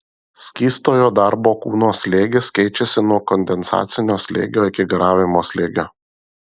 skystojo darbo kūno slėgis keičiasi nuo kondensacinio slėgio iki garavimo slėgio